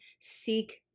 seek